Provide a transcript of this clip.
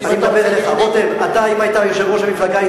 אם היית יושב-ראש המפלגה,